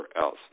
else